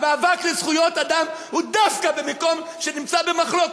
המאבק לזכויות האדם הוא דווקא במקום שנמצא במחלוקת,